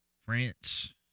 France